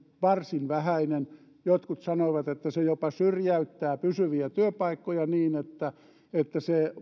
varsin vähäinen jotkut sanovat että se jopa syrjäyttää pysyviä työpaikkoja niin että että se